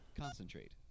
concentrate